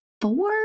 four